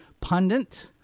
pundit